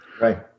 Right